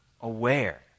aware